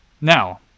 Now